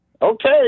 Okay